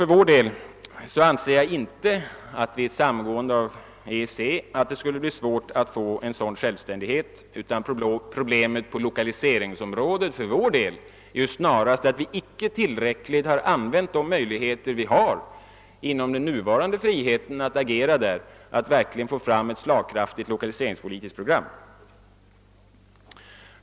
För vår del anser jag inte att det vid ett samgående med EEC skulle bli svårt att få en sådan självständighet, utan problemet på lokaliseringsområdet är för vår del snarast, att vi icke tillräckligt har använt de nuvarande möjligheterna att agera för att verkligen få fram ett slagkraftigt lokaliseringspolitiskt program.